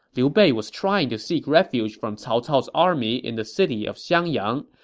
liu bei was trying to seek refuge from cao cao's army in the city of xiangyang,